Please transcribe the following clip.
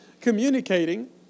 communicating